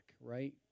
right